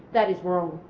that is wrong.